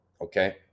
okay